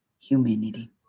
humanity